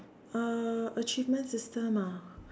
uh achievement system ah